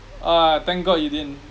ah thank god you didn't